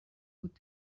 بود